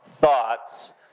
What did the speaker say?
thoughts